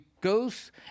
goes